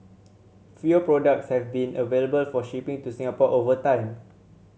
fewer products have been available for shipping to Singapore over time